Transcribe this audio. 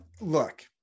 Look